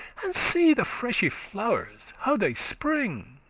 and see the freshe flowers how they spring